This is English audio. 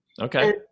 Okay